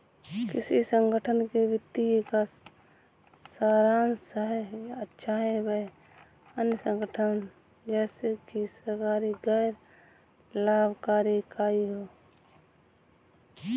किसी संगठन के वित्तीय का सारांश है चाहे वह अन्य संगठन जैसे कि सरकारी गैर लाभकारी इकाई हो